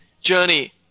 journey